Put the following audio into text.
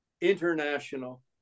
international